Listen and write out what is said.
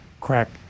crack